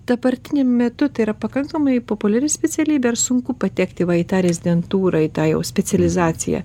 dabartiniu metu tai yra pakankamai populiari specialybė ar sunku patekti va į tą rezidentūrą į tą jau specializaciją